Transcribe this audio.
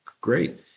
Great